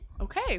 Okay